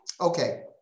Okay